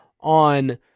on